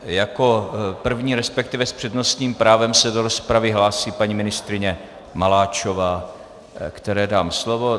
Jako první, respektive s přednostním právem se do rozpravy hlásí paní ministryně Maláčová, které dám slovo.